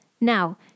Now